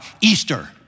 Easter